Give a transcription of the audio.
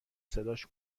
صداش